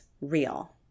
real